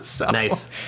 nice